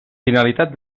finalitat